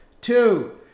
Two